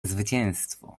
zwycięstwo